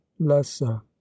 lessa